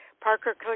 Parker